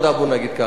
בוא נגיד ככה,